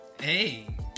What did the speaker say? Hey